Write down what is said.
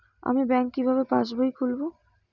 আমি ব্যাঙ্ক কিভাবে পাশবই খুলব?